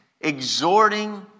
exhorting